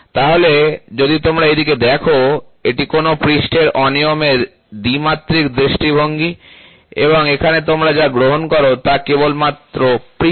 তাহলে যদি তোমরা এদিকে দেখো এটি কোনও পৃষ্ঠের অনিয়মের দ্বি মাত্রিক দৃষ্টিভঙ্গি এবং এখানে তোমরা যা গ্রহণ করো তা কেবলমাত্র পৃষ্ঠ